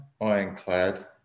Ironclad